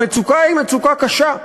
המצוקה היא מצוקה קשה.